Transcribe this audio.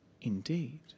indeed